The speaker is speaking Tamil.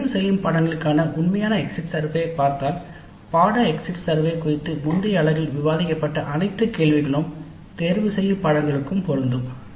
தேர்ந்தெடுக்கப்பட்ட பாடநெறி களுக்கான உண்மையான எக்ஸிட் சர்வே பார்த்தால் பாடநெறி எக்ஸிட் சர்வே குறித்து முந்தைய அலகில் விவாதிக்கப்பட்ட அனைத்து கேள்விகளும் தேர்ந்தெடுக்கப்பட்ட பாடநெறிக்கும் பொருந்தும்